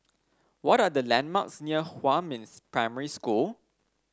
what are the landmarks near Huamin Primary School